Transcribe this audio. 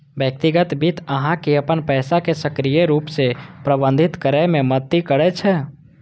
व्यक्तिगत वित्त अहां के अपन पैसा कें सक्रिय रूप सं प्रबंधित करै मे मदति करै छै